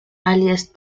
earliest